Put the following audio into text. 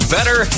Better